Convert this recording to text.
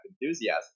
enthusiasm